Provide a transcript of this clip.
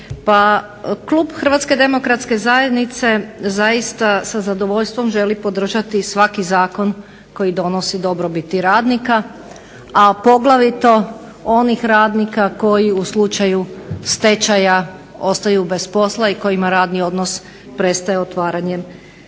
i kolege. Pa klub HDZ-a zaista sa zadovoljstvom želi podržati svaki zakon koji donosi dobrobiti radnika, a poglavito onih radnika koji u slučaju stečaja ostaju bez posla i kojima radni odnos prestaje otvaranjem stečaja.